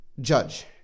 judge